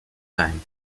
time